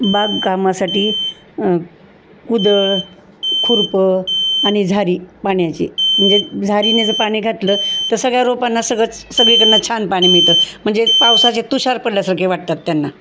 बागकामासाठी कुदळ खुरपं आणि झारी पाण्याची म्हणजे झारीने जर पाणी घातलं तरं सगळ्या रोपांना सगळं सगळीकडन छान पाणी मिळतं म्हणजे पावसाचे तुषार पडल्यासारखे वाटतात त्यांना